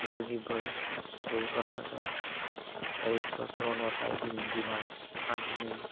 जिंदगी भर योग करण सां शरीर स्वस्थ रहंदो आहे काई बि ॿी बीमारियूं कोन थींदी आहे